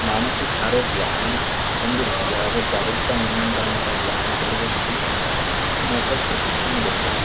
मानसिक आरोग्य आणि तंदुरुस्ती याबाबत जागरूकता निर्माण करण्यासाठी आम्ही दरवर्षी मोफत प्रशिक्षण देतो